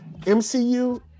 MCU